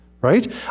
right